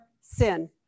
sin